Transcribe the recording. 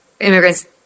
immigrants